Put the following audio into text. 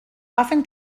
often